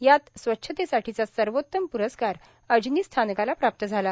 यात स्वच्छतेसाठीचा सर्वोत्तम प्रस्कार अजनी स्थानकाला प्राप्त झाला